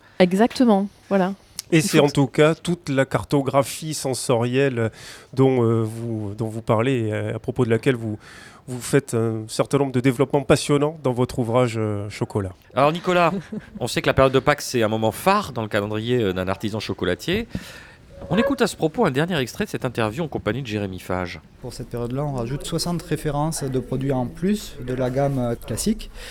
Exactement, voilà. Et Il c'est faut que- en tout cas toute la cartographie sensorielle dont, euh, vous- dont vous parlez, euh, à propos de laquelle vous- vous faites un certain nombre de développements passionnants dans votre ouvrage, euh, Chocolat. Alors, Nicolas, on sait que la période de Pâques, c'est un moment phare dans le calendrier, euh, d'un artisan chocolatier. On écoute à ce propos un dernier extrait de cette interview en compagnie de Jérémy Fage. Pour cette période-là, on rajoute 60 références de produits en plus de la gamme classique.